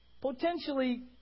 Potentially